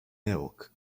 milk